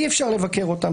אי-אפשר לבקר אותן,